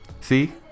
See